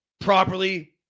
properly